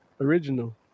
original